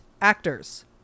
actors